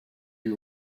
you